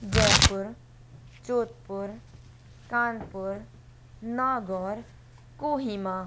Jaipur Jodhpur Kanpur Nagaur Kohima